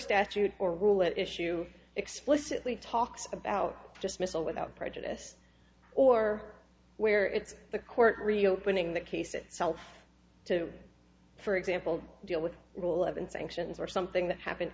statute or rule issue explicitly talks about just missile without prejudice or where it's the court reopening the case itself to for example deal with rule of and sanctions or something that happened